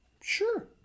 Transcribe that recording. Sure